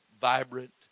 vibrant